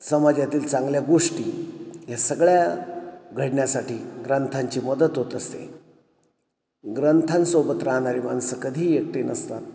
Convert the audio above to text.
समाजातील चांगल्या गोष्टी ह्या सगळ्या घडण्यासाठी ग्रंथांची मदत होत असते ग्रंथांसोबत राहणारी माणसं कधीही एकटी नसतात